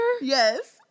Yes